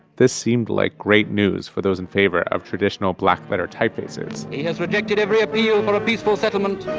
this seemed like great news for those in favor of traditional blackletter typefaces he has rejected every appeal for a peaceful settlement.